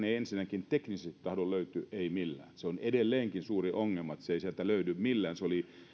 ei ensinnäkään teknisesti tahdo löytyä millään se on edelleenkin suuri ongelma että se ei sieltä löydy millään